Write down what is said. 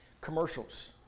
Commercials